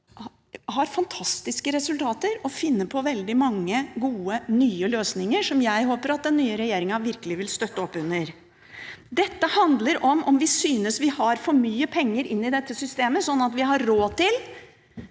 har fantastiske resultater og finner på veldig mange gode, nye løsninger som jeg håper at den nye regjeringen virkelig vil støtte opp under. Dette handler om hvorvidt vi synes vi har for mye penger i dette systemet, sånn at vi har råd til